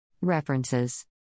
References